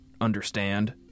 Understand